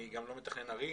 אני גם לא מתכנן ערים